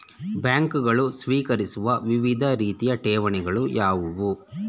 ಬ್ಯಾಂಕುಗಳು ಸ್ವೀಕರಿಸುವ ವಿವಿಧ ರೀತಿಯ ಠೇವಣಿಗಳು ಯಾವುವು?